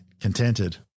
contented